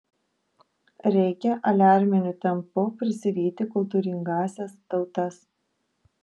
reikia aliarminiu tempu prisivyti kultūringąsias tautas